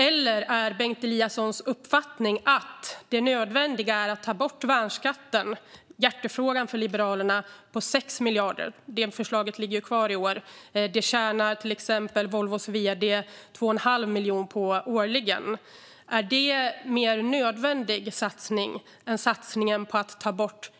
Är det Bengt Eliassons uppfattning att det nödvändiga är att ta bort värnskatten - hjärtefrågan för Liberalerna - på 6 miljarder? Det förslaget ligger ju kvar i år. Det tjänar till exempel Volvos vd 2 1⁄2 miljon på årligen. Är det en mer nödvändig satsning än satsningen på att ta bort